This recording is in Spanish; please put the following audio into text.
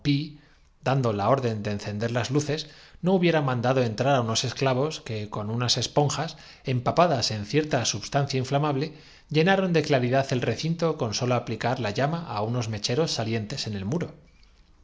dando la orden de encender las luces no hubiera sí esa composi mandado entrar á unos esclavos que con unas espon ción de setenta y cinco jas empapadas en cierta substancia inflamable llena partes de sal de nitro ron de claridad el recinto con sólo aplicar la llama á con quince y media de unos mecheros salientes en el muro